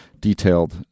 detailed